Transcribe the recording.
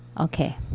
okay